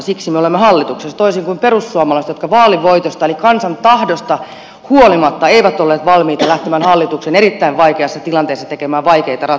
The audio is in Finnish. siksi me olemme hallituksessa toisin kuin perussuomalaiset jotka vaalivoitosta eli kansan tahdosta huolimatta eivät olleet valmiita lähtemään hallitukseen erittäin vaikeassa tilanteessa tekemään vaikeita ratkaisuja